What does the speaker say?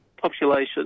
population